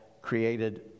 created